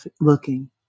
looking